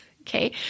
Okay